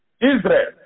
Israel